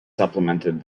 supplemented